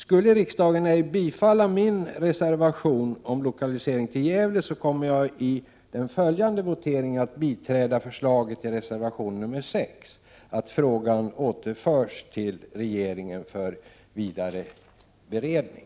Skulle riksdagen ej bifalla min reservation om lokalisering till Gävle, kommer jag i den följande voteringen att biträda förslaget i reservation nr 6 att frågan återförs till regeringen för vidare beredning.